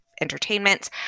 entertainments